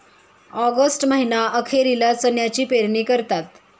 August महीना अखेरीला चण्याची पेरणी करतात